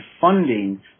funding